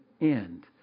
end